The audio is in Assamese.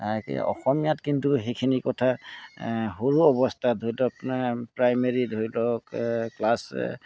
এই অসমীয়াত কিন্তু সেইখিনি কথা সৰু অৱস্থাত এইটো আপোনাৰ প্ৰাইমেৰী ধৰি লওক ক্লাছ